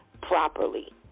properly